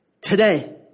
today